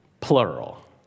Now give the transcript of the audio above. plural